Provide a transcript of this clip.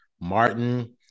Martin